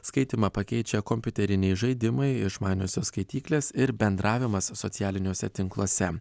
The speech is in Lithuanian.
skaitymą pakeičia kompiuteriniai žaidimai išmaniosios skaityklės ir bendravimas socialiniuose tinkluose